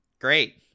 Great